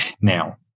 Now